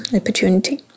opportunity